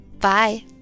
Bye